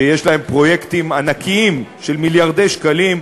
שיש להם פרויקטים ענקיים של מיליארדי שקלים,